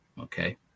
okay